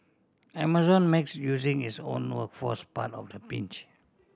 Amazon makes using its own workforce part of the pitch